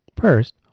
First